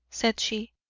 said she,